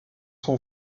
son